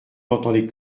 n’entendait